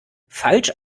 falsch